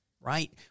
right